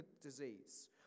disease